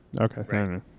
Okay